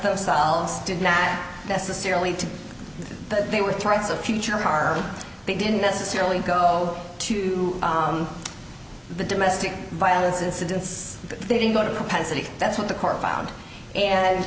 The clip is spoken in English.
themselves did not necessarily to the they were targets of future harm they didn't necessarily go to the domestic violence incidents they didn't go to pennsic that's what the court found and